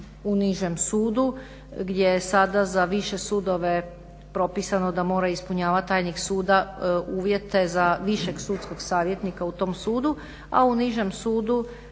u nižem sudu gdje je sada za više sudove propisano da mora ispunjavati tajnik suda uvjete za višeg sudskog savjetnika u tom sudu a u nižem sudu